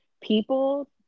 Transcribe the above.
people